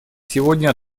сегодня